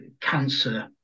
cancer